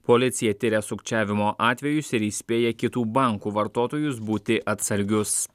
policija tiria sukčiavimo atvejus ir įspėja kitų bankų vartotojus būti atsargius